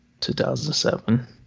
2007